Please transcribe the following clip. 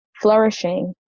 flourishing